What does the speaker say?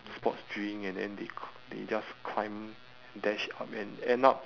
sports drink and then they c~ they just climb dash up and end up